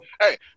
Hey